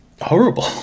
horrible